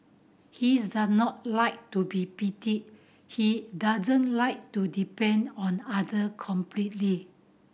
he is does not like to be pitied he doesn't like to depend on other completely